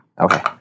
Okay